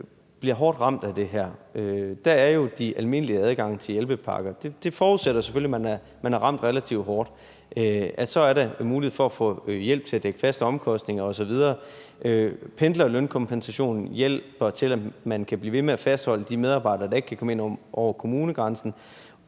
bliver hårdt ramt af det her, den almindelige adgang til hjælpepakker. Det forudsætter selvfølgelig, at man er ramt relativt hårdt. Så er der en mulighed for at få hjælp til at få dækket faste omkostninger osv. Pendlerlønkompensationen hjælper med til, at man kan blive ved med at fastholde de medarbejdere, der ikke kan komme ind over kommunegrænsen.